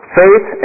faith